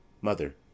Mother